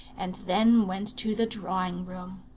and then went to the drawing-room.